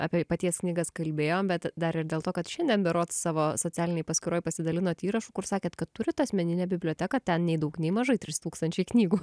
apie paties knygas kalbėjom bet dar ir dėl to kad šiandien berods savo socialinėj paskyroj pasidalinot įrašu kur sakėt kad turit asmeninę biblioteką ten nei daug nei mažai trys tūkstančiai knygų